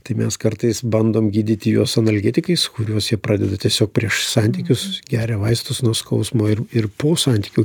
tai mes kartais bandom gydyti juos analgetikais kuriuos jie pradeda tiesiog prieš santykius geria vaistus nuo skausmo ir ir po santykių